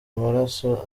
amaraso